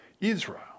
Israel